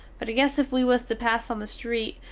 but i guess if we was to pass on the street,